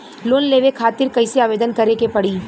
Loan लेवे खातिर कइसे आवेदन करें के पड़ी?